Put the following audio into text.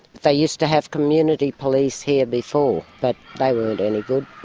they used to have community police here before but they weren't any good,